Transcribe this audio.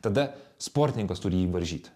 tada sportininkas turi jį varžyti